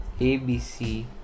abc